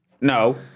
no